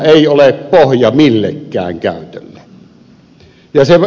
ei se ole pohja millekään käytölle